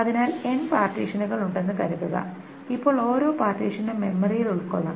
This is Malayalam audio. അതിനാൽ n പാർട്ടീഷനുകൾ ഉണ്ടെന്ന് കരുതുക ഇപ്പോൾ ഓരോ പാർട്ടീഷനും മെമ്മറിയിൽ ഉൾക്കൊള്ളണം